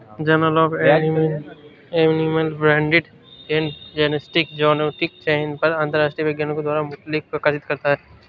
journal of animal breeding and genetics genomic चयन पर अंतरराष्ट्रीय वैज्ञानिकों द्वारा मूल लेख प्रकाशित करता है